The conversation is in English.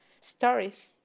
stories